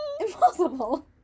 Impossible